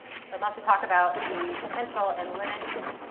i'd love to talk about the potential and limits.